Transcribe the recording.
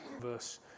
verse